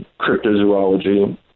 cryptozoology